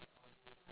ya